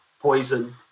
poison